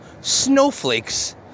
snowflakes